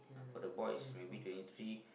uh for the boys maybe twenty three